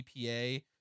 EPA